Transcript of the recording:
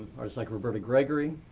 or it's like roberta gregory,